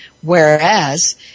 Whereas